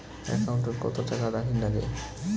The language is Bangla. একাউন্টত কত টাকা রাখীর নাগে?